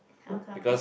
how come